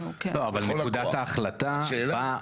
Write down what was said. לא, אבל נקודת ההחלטה היא באה.